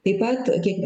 taip pat kiek